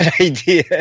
idea